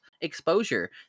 exposure